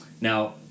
Now